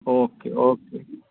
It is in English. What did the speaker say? okay okay